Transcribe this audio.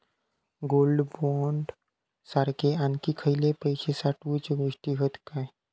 Gold bond सारखे आणखी खयले पैशे साठवूचे गोष्टी हत काय?